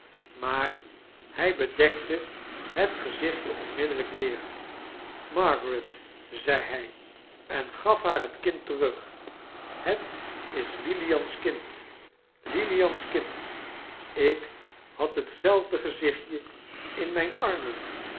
maar hij bedekte het gezichtje onmiddellijk weer margaret zei hij en gaf haar het kind terug het is lilian's kind lilian's kind ik had hetzelfde gezichtje in mijn armen